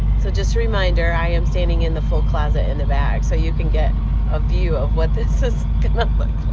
so just a reminder, i am standing in the full closet in the back so you can get a view of what this is gonna look like.